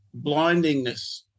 blindingness